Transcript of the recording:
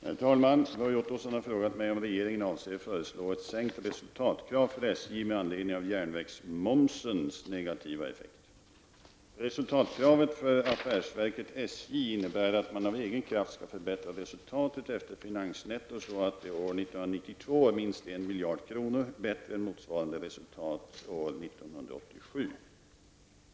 Herr talman! Roy Ottosson har frågat mig om regeringen avser föreslå ett sänkt resultatkrav för Resultatkravet för affärsverket SJ innebär att man av egen kraft skall förbättra resultatet efter finansnetto så att det år 1992 är minst en miljard kronor bättre än motsvarande resultat år 1987.